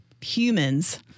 humans